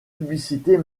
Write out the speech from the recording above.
publicités